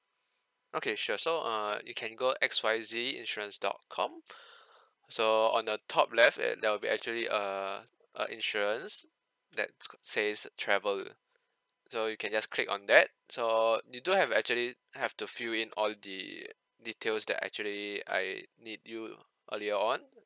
okay sure so err you can go X Y Z insurance dot com so on the top left uh there will be actually a uh insurance that says travel so you can just click on that so you do have actually have to fill in all the details that actually I need you earlier on